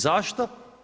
Zašto?